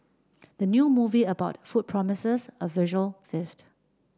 the new movie about food promises a visual feast